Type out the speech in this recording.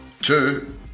Two